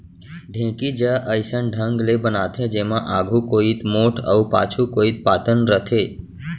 ढेंकी ज अइसन ढंग ले बनाथे जेमा आघू कोइत मोठ अउ पाछू कोइत पातन रथे